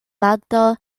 malto